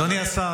אדוני השר,